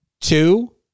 two